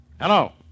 Hello